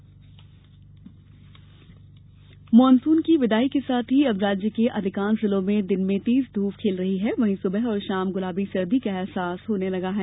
monsoon monsoon बिदाई के साथ ही अब राज्य के अधिकांश जिलो में दिन में तेज धूप खिल रही है वहीं सुबह और शाम गुलाबी सर्दी का अहसास होने लगा है